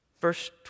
Verse